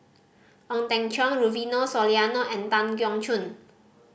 Ong Teng Cheong Rufino Soliano and Tan Keong Choon